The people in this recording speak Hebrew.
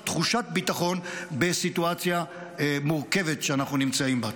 תחושת ביטחון בסיטואציה המורכבת שאנחנו נמצאים בה.